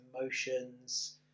emotions